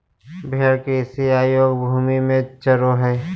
भेड़ कृषि अयोग्य भूमि में चरो हइ